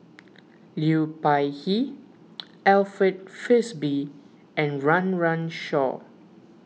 Liu Peihe Alfred Frisby and Run Run Shaw